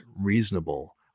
reasonable